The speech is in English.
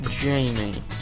Jamie